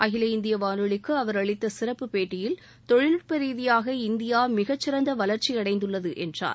அகில இந்திய வானொலிக்கு அவர் அளித்த சிறப்பு பேட்டியில் தொழில்நுட்ப ரீதியாக இந்தியா மிகச்சிறந்த வளர்ச்சியடைந்துள்ளது என்றார்